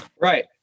right